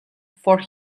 for